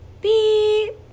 Beep